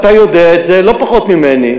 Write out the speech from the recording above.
אתה יודע את זה לא פחות ממני,